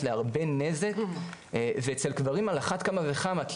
להרבה נזק ואצל גברים על אחת כמה וכמה,